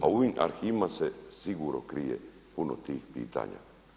A u ovim arhivima se sigurno krije puno tih pitanja.